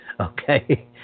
okay